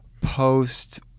post